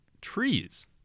trees